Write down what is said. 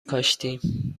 کاشتیم